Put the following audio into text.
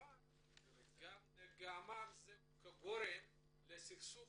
אבל זה גם גורם לסכסוך